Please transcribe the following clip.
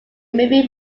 movie